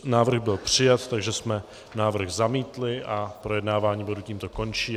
Návrh byl přijat, takže jsme návrh zamítli a projednávání bodu tímto končí.